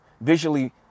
visually